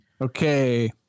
okay